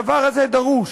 הדבר הזה דרוש.